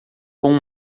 com